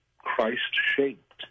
Christ-shaped